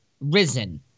risen